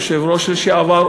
היושב-ראש לשעבר,